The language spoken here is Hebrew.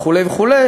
וכו' וכו'.